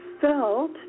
felt